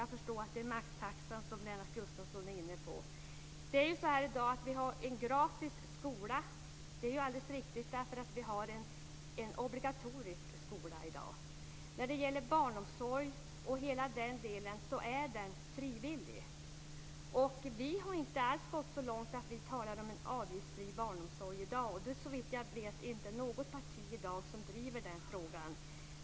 Jag förstår att det är maxtaxan som han är inne på. I dag har vi ju en gratis skola. Det är ju alldeles riktigt, eftersom vi också har en obligatorisk skola. Men barnomsorgen och hela den delen är frivillig. Vi har inte alls gått så långt att vi talar om en avgiftsfri barnomsorg i dag, och såvitt jag vet finns det inte något parti som driver den frågan. Fru talman!